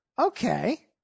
okay